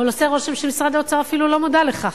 אבל עושה רושם שמשרד האוצר אפילו לא מודע לכך.